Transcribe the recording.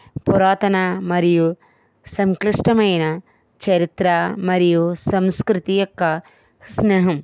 పురాతన మరియు సంక్లిష్టమైన చరిత్ర మరియు సంస్కృతి యొక్కస్నేహం